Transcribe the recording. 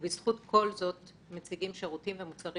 בזכות כל זה אנחנו מציגים שירותים ומוצרים